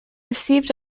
received